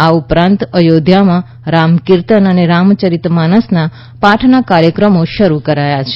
આ ઉપરાંત અયોધ્યામાં રામકીતર્ન અને રામચરિત માનસના પાઠના કાર્યક્રમો શરૂ કરાયા છે